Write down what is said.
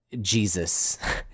jesus